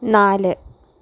നാല്